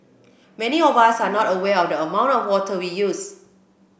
many of us are not aware of the amount of water we use